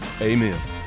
amen